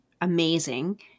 amazing